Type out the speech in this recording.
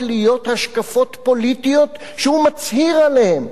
להיות השקפות פוליטיות שהוא מצהיר עליהן.